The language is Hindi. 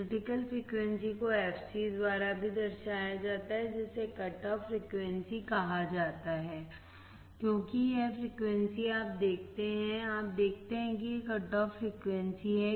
क्रिटिकल फ़्रीक्वेंसी को fc द्वारा भी दर्शाया जाता है जिसे कट ऑफ फ़्रीक्वेंसी कहा जाता है क्योंकि यह फ़्रीक्वेंसी आप देखते हैं कि यह कट ऑफ़ फ़्रीक्वेंसी है